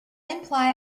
imply